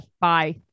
Bye